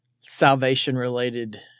salvation-related